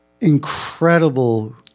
incredible